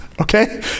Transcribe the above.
okay